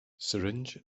syringe